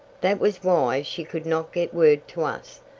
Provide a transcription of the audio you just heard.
that was why she could not get word to us.